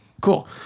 Cool